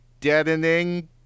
Deadening